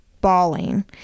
bawling